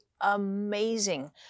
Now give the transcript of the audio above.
amazing